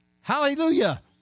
Hallelujah